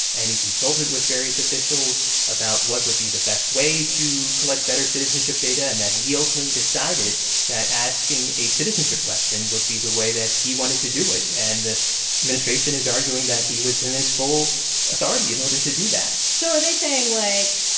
and he consulted with various officials about what would be the best way to collect better citizenship data and that he ultimately decided that asking a citizenship question would be the way that he wanted to do it. and the administration is arguing that he was in his full authority in order to do that so are they saying, like,